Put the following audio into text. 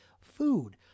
food